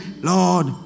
Lord